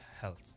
health